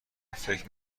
فکر